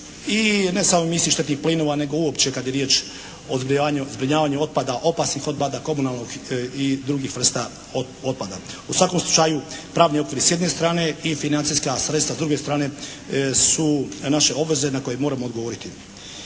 i ne samo emisiji štetnih plinova nego uopće kada je riječ o zbrinjavanju otpada, opasnih otpada komunalnog i drugih vrsta otpada. U svakom slučaju pravni okviri s jedne strane i financijska sredstva s druge strane su naše obveze na koje moramo odgovoriti.